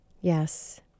Yes